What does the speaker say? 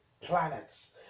planets